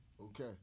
Okay